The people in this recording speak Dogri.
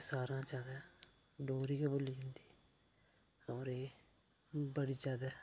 सारा कोला शा जादै डोगरी गै बोली जंदी ऐ होर एह् बड़ी जादै